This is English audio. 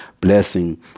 blessing